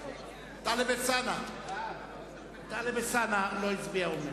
טלב אלסאנע, הוא אומר שהוא לא הצביע.